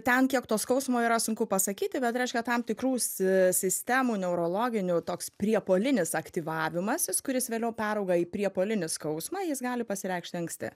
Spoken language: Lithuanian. ten kiek to skausmo yra sunku pasakyti bet reiškia tam tikrų si sistemų neurologinių toks priepuolinis aktyvavimasis kuris vėliau peraugą į priepuolinį skausmą jis gali pasireikšti anksti